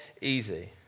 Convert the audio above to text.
easy